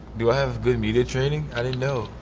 do i have good media training? i didn't know.